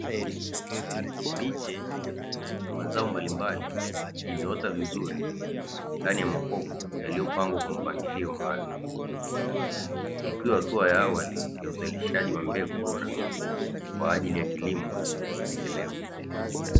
Miche ya mazao mbalimbali, imeota vizuri ndani ya makopo, yaliopangwa kwa mpangilio maalumu ikiwa hatua ya awali ya uzalishaji wa mbegu bora Kwa ajili ya kilimo endelevu.